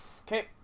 Okay